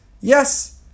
yes